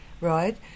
right